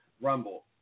rumble